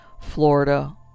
florida